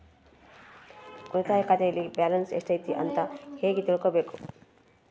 ಉಳಿತಾಯ ಖಾತೆಯಲ್ಲಿ ಬ್ಯಾಲೆನ್ಸ್ ಎಷ್ಟೈತಿ ಅಂತ ಹೆಂಗ ತಿಳ್ಕೊಬೇಕು?